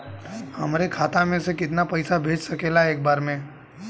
हमरे खाता में से कितना पईसा भेज सकेला एक बार में?